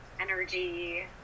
energy